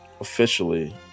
officially